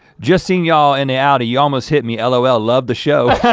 just seen y'all in the audi, you almost hit me, lol. love the show.